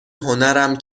هنرم